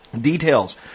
Details